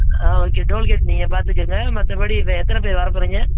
ஆ okay toll gate நீங்கள் பார்த்துக்கங்க மற்றபடி இப்போ எத்தனை பேர் வரப் போகிறீங்க